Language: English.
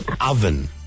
oven